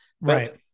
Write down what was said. Right